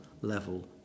level